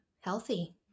healthy